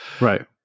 right